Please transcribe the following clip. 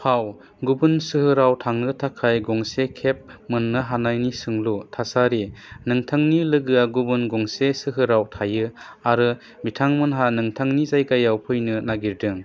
फाव गुबुन सोहोराव थांनो थाखाय गंसे केब मोननो हानायनि सोंलु थासारि नोंथांनि लोगोआ गुबुन गंसे सोहोराव थायो आरो बिथांमोनहा नोंथांनि जायगायाव फैनो नागिरदों